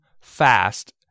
fast